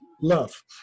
love